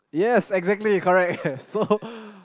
yes exactly correct so